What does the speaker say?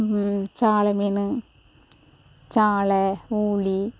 சாலை மீன் சாலை ஊளி